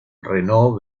renault